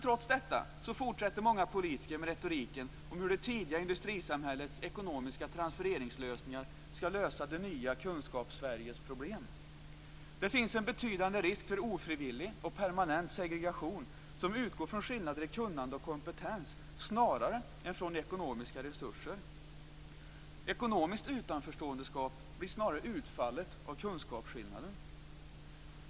Trots detta fortsätter många politiker med retoriken om hur det tidiga industrisamhällets ekonomiska transfereringslösningar skall lösa det nya Kunskapssveriges problem. Det finns en betydande risk för ofrivillig och permanent segregation som utgår från skillnader i kunnande och kompetens snarare än från ekonomiska resurser. Ekonomiskt utanförståendeskap blir snarare utfallet av kunskapsskillnaden.